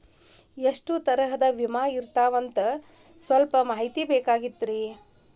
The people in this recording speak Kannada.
ಎಷ್ಟ ತರಹದ ವಿಮಾ ಇರ್ತಾವ ಸಲ್ಪ ಮಾಹಿತಿ ಬೇಕಾಗಿತ್ರಿ